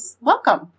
welcome